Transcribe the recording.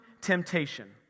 temptation